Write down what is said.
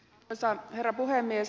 arvoisa herra puhemies